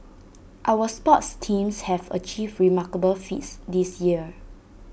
our sports teams have achieved remarkable feats this year